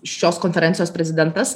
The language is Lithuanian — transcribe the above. šios konferencijos prezidentas